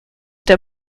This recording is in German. der